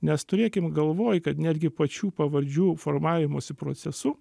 nes turėkim galvoj kad netgi pačių pavardžių formavimosi procesu